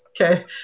Okay